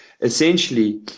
essentially